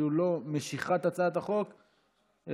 זו לא משיכת הצעת החוק אלא,